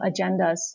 agendas